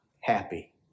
happy